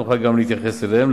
נוכל גם להתייחס אליהן.